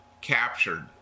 Captured